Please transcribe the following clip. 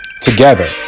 together